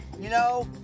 you know,